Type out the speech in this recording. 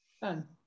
fun